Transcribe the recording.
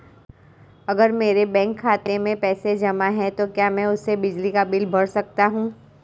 अगर मेरे बैंक खाते में पैसे जमा है तो क्या मैं उसे बिजली का बिल भर सकता हूं?